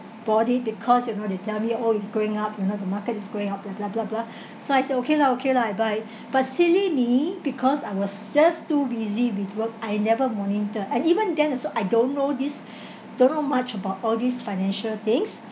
bought it because you know they tell me oh it's going up you know the market is going up blah blah blah blah so I say okay lah okay lah I buy but silly me because I was just too busy with work I never monitor and even then also I don't know this don't know much about all these financial things